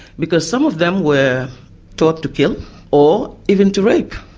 because some of them were taught to kill or even to rape.